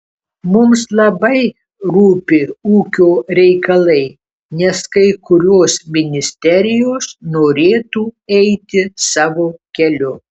mums labai rūpi ūkio reikalai nes kai kurios ministerijos norėtų eiti savo keliu